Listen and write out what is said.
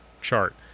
chart